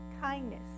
kindness